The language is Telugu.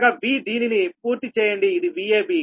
అనగా V దీనిని పూర్తి చేయండి ఇది VAB